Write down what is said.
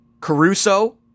Caruso